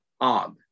odd